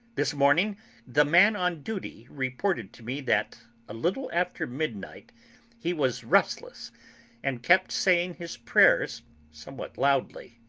this morning the man on duty reported to me that a little after midnight he was restless and kept saying his prayers somewhat loudly.